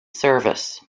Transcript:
service